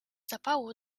zapału